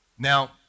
Now